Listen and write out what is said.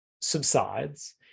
subsides